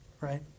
right